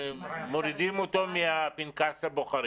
לא היו מאות זיופים, ואל תציג מצג לא נכון.